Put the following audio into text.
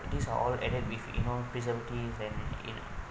these are all added with you know preservative and in